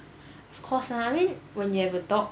of course lah I mean when you have a dog